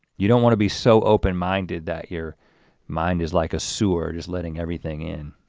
you don't wanna be so open-minded that your mind is like a sewer just letting everything in.